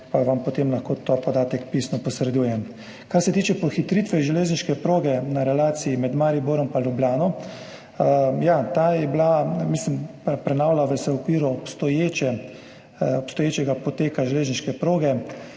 pa vam lahko potem ta podatek pisno posredujem. Kar se tiče pohitritve železniške proge na relaciji med Mariborom in Ljubljano. Ta se prenavlja v okviru obstoječega poteka železniške proge.